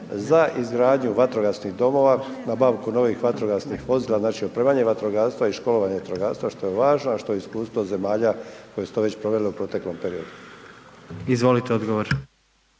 za izgradnju vatrogasnih domova, nabavku novih vatrogasnih vozila, znači opremanje vatrogastva i školovanje vatrogastva što je važno a što je iskustvo zemalja koje su to već provele u proteklom periodu. **Jandroković,